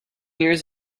years